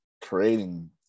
creating